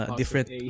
different